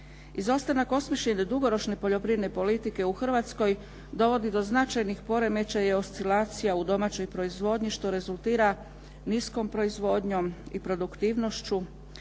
Izostanak osmišljene dugoročne poljoprivrede politike u Hrvatskoj dovodi do značajnih poremećaja i oscilacija u domaćoj proizvodnji što rezultira niskom proizvodnjom i produktivnošću